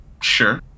Sure